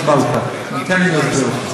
התבלבלת, ותן לי להסביר לך.